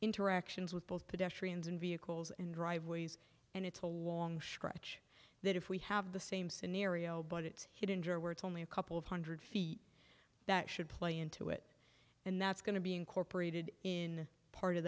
interactions with both pedestrians and vehicles and driveways and it's a long stretch that if we have the same scenario but it's hit injure where it's only a couple of hundred feet that should play into it and that's going to be incorporated in part of